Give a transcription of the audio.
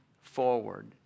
forward